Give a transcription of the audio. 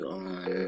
on